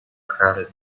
crowded